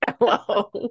hello